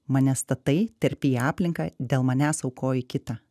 mane statai terpi į aplinką dėl manęs aukoji kitą